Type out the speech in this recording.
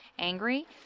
angry